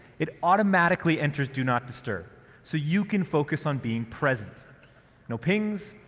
it automatically enters do not disturb so you can focus on being present no pings,